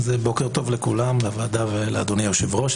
בוקר טוב לכולם, לוועדה ולאדוני היושב-ראש.